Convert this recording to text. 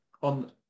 on